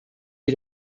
wir